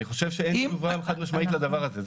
אני חושב אין תשובה חד-משמעית לדבר הזה.